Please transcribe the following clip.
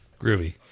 groovy